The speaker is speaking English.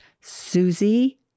Susie